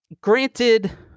granted